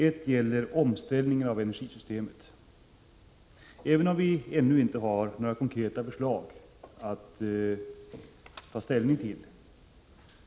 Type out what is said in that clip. En gäller omställningen av energisystemet. Vi har ännu inte några konkreta förslag att ta ställning till.